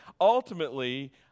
Ultimately